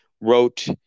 wrote